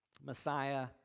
Messiah